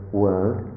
world